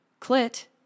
clit